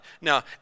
Now